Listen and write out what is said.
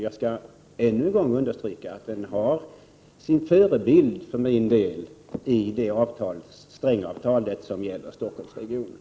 Jag vill ännu en gång understryka att denna lösning har sin förebild i det avtal — Strängavtalet — som gäller Stockholmsregionen.